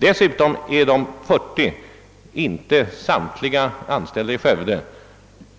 Dessutom är de 40 inte samtliga anställda i Skövde,